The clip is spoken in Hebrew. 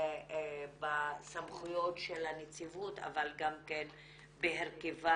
בסמכויות של הנציבות אבל גם בהרכבה